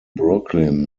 brooklyn